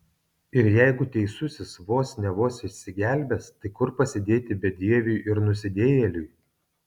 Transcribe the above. ir jeigu teisusis vos ne vos išsigelbės tai kur pasidėti bedieviui ir nusidėjėliui